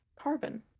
carbon